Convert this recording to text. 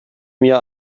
mir